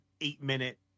eight-minute